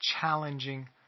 challenging